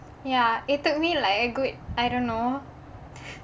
ya it took me like a good I don't know